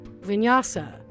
vinyasa